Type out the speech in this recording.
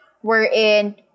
wherein